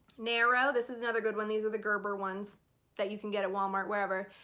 narrow. this is another good one. these are the gerber ones that you can get at walmart, wherever.